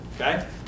okay